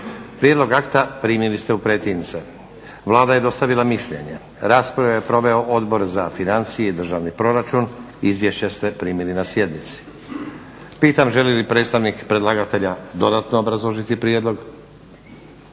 Prijedlog akta primili ste u pretince, Vlada je dostavila mišljenje, raspravu je proveo Odbor za financije i državni proračun, izvješća ste primili na sjednici. Pitam želi li predstavnik predlagatelja dodatno obrazložiti prijedlog?